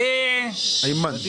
חד משמעית.